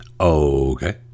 okay